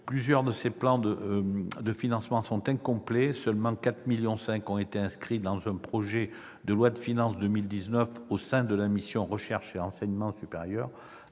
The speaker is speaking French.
Plusieurs de ces plans de financement sont incomplets. Seulement 4,5 millions d'euros ont été inscrits dans le projet de loi de finances pour 2019 au sein de la mission « Recherche et enseignement supérieur